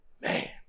Man